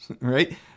right